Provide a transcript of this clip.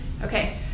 okay